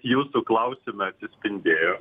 jūsų klausime atsispindėjo